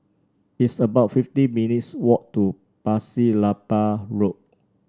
it's about fifty minutes' walk to Pasir Laba Road